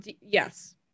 Yes